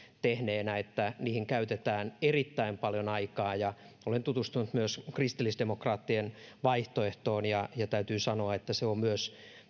tehneenä että niihin käytetään erittäin paljon aikaa ja olen tutustunut myös kristillisdemokraattien vaihtoehtoon ja täytyy sanoa että se on myös